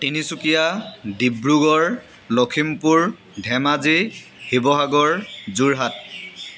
Tinsukia Dibrugarh Lakhimpur Dhemaji Sivasagar Jorhat